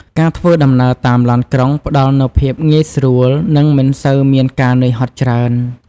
ការធ្វើដំណើរតាមឡានក្រុងផ្តល់នូវភាពងាយស្រួលនឹងមិនសូវមានការហត់នឿយច្រើន។